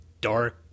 dark